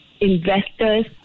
investor's